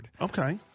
Okay